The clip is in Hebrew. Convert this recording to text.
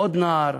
עוד נער,